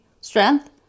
strength